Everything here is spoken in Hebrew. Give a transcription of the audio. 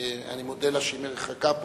אני מודה לה שהיא מחכה פה,